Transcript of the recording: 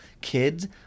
kids